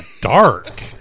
dark